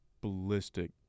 ballistic